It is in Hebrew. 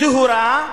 טהורה,